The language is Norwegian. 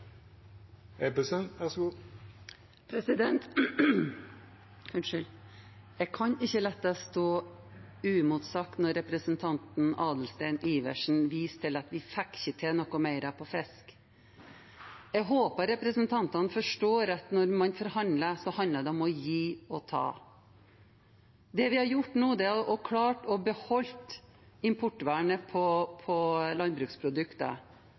Jeg kan ikke la det stå uimotsagt når representanten Adelsten Iversen viser til at vi ikke fikk til noe mer på fisk. Jeg håper representantene forstår at når man forhandler, så handler det om å gi og ta. Det vi har gjort nå, er at vi har klart å beholde importvernet på landbruksprodukter. Hvis vi skulle fått til mer på fisk, måtte vi ha gitt mer på landbruksprodukter.